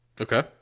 Okay